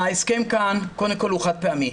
ההסכם כאן הוא חד-פעמי,